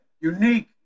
unique